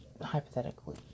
hypothetically